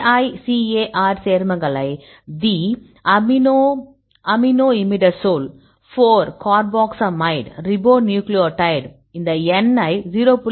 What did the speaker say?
AICAR சேர்மங்களை தி aminoimidazole 4 carboxamide ribonucleotide இந்த n ஐ 0